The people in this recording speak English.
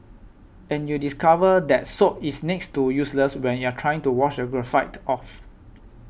and you discover that soap is next to useless when you are trying to wash graphite off